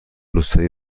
روستایی